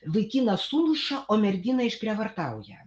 vaikiną sumuša o merginą išprievartauja